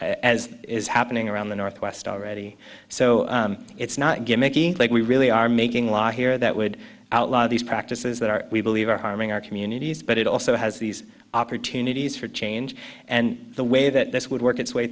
as is happening around the northwest already so it's not gimmicky like we really are making law here that would outlaw these practices that are we believe are harming our communities but it also has these opportunities for change and the way that this would work its way